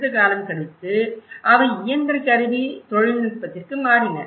சிறிது காலம் கழித்து அவை இயந்திர கருவி தொழில்நுட்பத்திற்கு மாறின